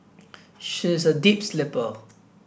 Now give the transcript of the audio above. she is a deep sleeper